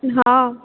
हँ